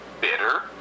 bitter